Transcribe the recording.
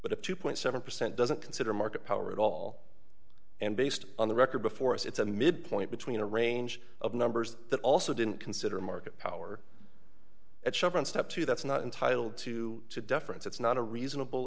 but if two seven percent doesn't consider market power at all and based on the record before us it's a midpoint between a range of numbers that also didn't consider market power at chevron step two that's not entitled to deference it's not a reasonable